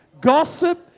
gossip